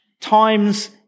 times